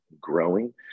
growing